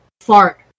fart